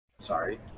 Sorry